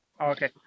Okay